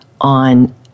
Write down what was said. on